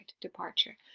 departure